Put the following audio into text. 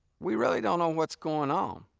we really don't know what's going um